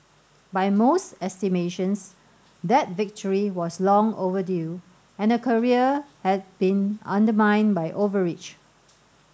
by most estimations that victory was long overdue and her career had been undermined by overreach